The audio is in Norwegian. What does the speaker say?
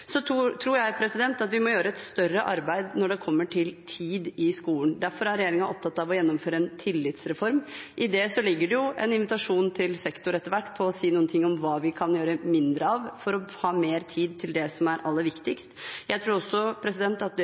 Så tror jeg at vi må gjøre et større arbeid når det gjelder tid i skolen. Derfor er regjeringen opptatt av å gjennomføre en tillitsreform. I det ligger det en invitasjon til sektoren etter hvert til å si noe om hva vi kan gjøre mindre av, for å ha mer tid til det som er aller viktigst. Jeg tror også at det